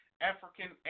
African